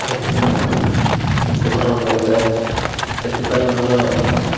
ଅଧିକ ଗରମ ଲାଗିଥାଏ ସେଥିପାଇଁ ଆମର